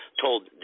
told